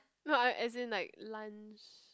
no I as in like lunch